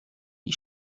die